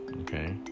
Okay